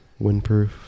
Windproof